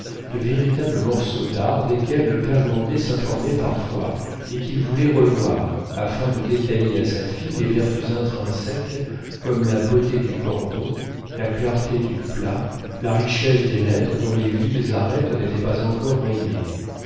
de véritables morceaux d'art desquels le père grandet s'informait parfois et qu'il voulait revoir afin de détailler à sa fille les vertus intrinsèques comme la beauté du cordon la clarté du plat la richesse des lettres dont les vives arêtes n'étaient pas encore rayées